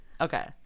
Okay